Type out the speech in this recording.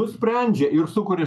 nu sprendžia ir sukuria